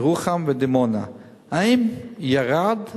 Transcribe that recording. ירוחם ודימונה, האם ירדו